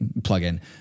plugin